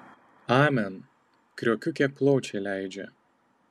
amen kriokiu kiek plaučiai leidžia